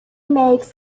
makes